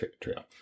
trail